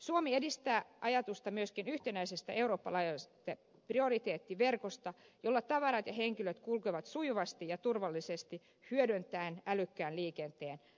suomi edistää ajatusta myöskin yhtenäisestä euroopan laajuisesta prioriteettiverkosta jolla tavarat ja henkilöt kulkevat sujuvasti ja turvallisesti hyödyntäen älykkään liikenteen ratkaisuja